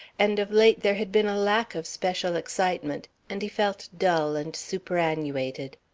and of late there had been a lack of special excitement, and he felt dull and superannuated.